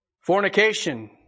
Fornication